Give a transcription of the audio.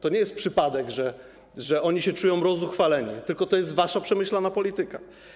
To nie jest przypadek, że oni się czują rozzuchwaleni, tylko to jest wasza przemyślana polityka.